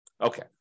Okay